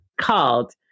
called